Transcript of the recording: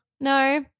No